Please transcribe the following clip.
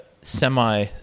semi